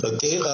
Okay